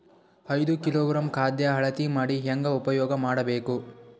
ಐದು ಕಿಲೋಗ್ರಾಂ ಖಾದ್ಯ ಅಳತಿ ಮಾಡಿ ಹೇಂಗ ಉಪಯೋಗ ಮಾಡಬೇಕು?